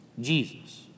Jesus